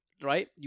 Right